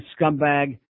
scumbag